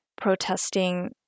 protesting